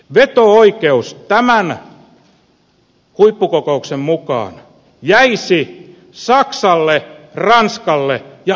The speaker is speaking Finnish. veto oikeus tämän huippukokouksen mukaan jäisi saksalle ranskalle ja italialle